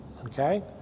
okay